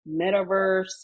metaverse